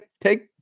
take